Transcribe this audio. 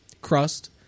crust